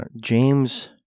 James